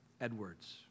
Edwards